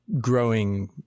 growing